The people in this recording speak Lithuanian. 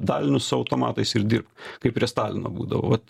dalinius su automatais ir dirbk kaip prie stalino būdavo vat